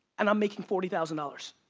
and i'm making forty thousand dollars